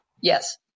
Yes